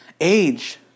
age